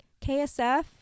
KSF